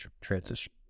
Transition